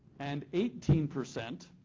and eighteen percent